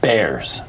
Bears